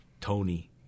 Tony